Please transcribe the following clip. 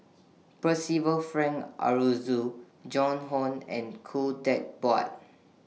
Percival Frank Aroozoo Joan Hon and Khoo Teck Puat